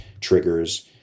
triggers